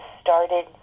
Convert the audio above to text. started